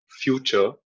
future